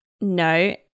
No